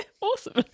Awesome